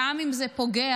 גם אם זה פוגע,